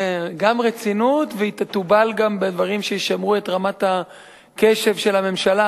תהיה גם רצינות והיא תתובל גם בדברים שישמרו את רמת הקשב של הממשלה,